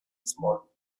small